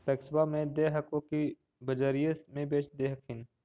पैक्सबा मे दे हको की बजरिये मे बेच दे हखिन?